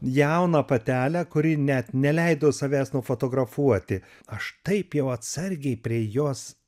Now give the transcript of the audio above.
jauną patelę kuri net neleido savęs nufotografuoti aš taip jau atsargiai prie jos